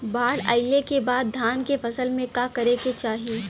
बाढ़ आइले के बाद धान के फसल में का करे के चाही?